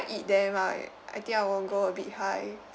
eat them I I think I will go a bit high